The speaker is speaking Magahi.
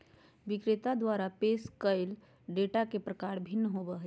विक्रेता द्वारा पेश कइल डेटा के प्रकार भिन्न होबो हइ